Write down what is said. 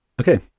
Okay